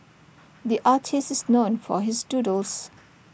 the artist is known for his doodles